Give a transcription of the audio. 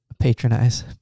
Patronize